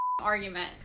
argument